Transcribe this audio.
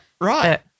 Right